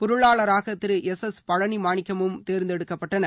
பொருளாளராக திரு S S பழனிமாணிக்கமும் தேர்ந்தெடுக்கப்பட்டனர்